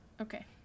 Okay